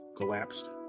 collapsed